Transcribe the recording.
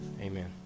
Amen